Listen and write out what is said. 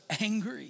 angry